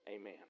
Amen